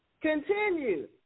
Continue